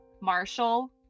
Marshall